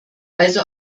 also